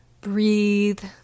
breathe